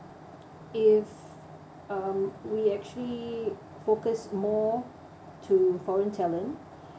if um we actually focus more to foreign talent